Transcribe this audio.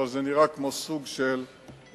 אבל זה נראה כמו סוג של משא-ומתן,